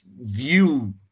view